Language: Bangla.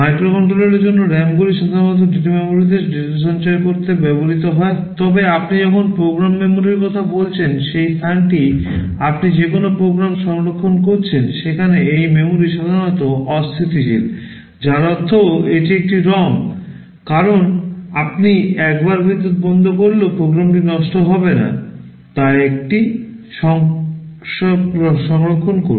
মাইক্রোকন্ট্রোলার জন্য RAM গুলি সাধারণত ডেটা মেমরিতে ডেটা সঞ্চয় করতে ব্যবহৃত হয় তবে আপনি যখন প্রোগ্রাম memoryর কথা বলছেন সেই স্থানটি আপনি যেখানে কোনও প্রোগ্রাম সংরক্ষণ করছেন সেখানে এই memory সাধারণত অস্থিতিশীল যার অর্থ এটি একটি ROM কারণ আপনি একবার বিদ্যুৎ বন্ধ করলেও প্রোগ্রামটি নষ্ট হবে না তা এটি সংরক্ষণ করে